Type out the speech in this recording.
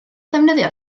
ddefnyddio